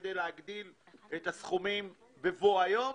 כדי להגדיל את הסכומים בבוא היום.